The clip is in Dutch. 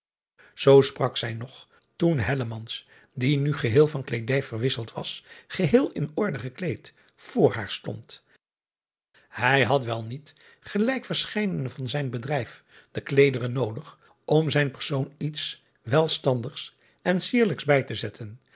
oo sprak zij nog toen die nu geheel van kleedij verwisseld was geheel in orde gekleed voor haar stond ij had wel niet gelijk verscheidene van zijn bedrij de kleederen noodig om zijn persoon iets welstandigs en sierlijks bij te zetten